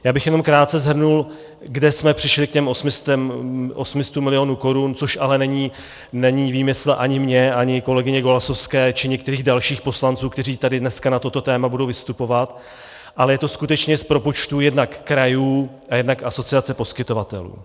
Já bych krátce shrnul, kde jsme přišli k těm 800 milionů korun, což ale není výmysl ani můj ani kolegyně Golasowské či některých dalších poslanců, kteří tady dneska na toto téma budou vystupovat, ale je to skutečně z propočtů jednak krajů a jednak asociace poskytovatelů.